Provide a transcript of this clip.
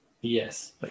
Yes